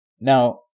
Now